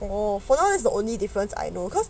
oh colon as the only difference I know because